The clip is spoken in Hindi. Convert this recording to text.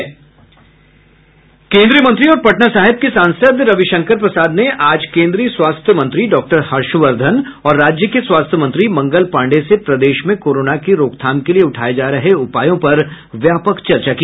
केंद्रीय मंत्री और पटना साहिब के सांसद रविशंकर प्रसाद ने आज केन्द्रीय स्वास्थ्य मंत्री डॉक्टर हर्षवर्धन और राज्य के स्वास्थ्य मंत्री मंगल पाण्डेय से प्रदेश में कोरोना की रोकथाम के लिए उठाए जा रहे उपायो पर व्यापक चर्चा की